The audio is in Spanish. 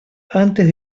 antes